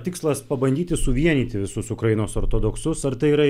tikslas pabandyti suvienyti visus ukrainos ortodoksus ar tai yra